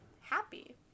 happy